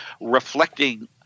reflecting